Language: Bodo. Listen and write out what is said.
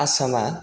आसामा